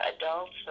adults